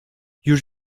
już